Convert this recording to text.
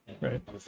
right